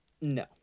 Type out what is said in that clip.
No